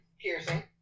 Piercing